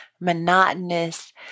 monotonous